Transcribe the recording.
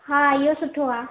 हा इहो सुठो आहे